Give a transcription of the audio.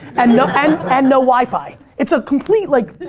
and no and and no wi-fi. it's a complete, like,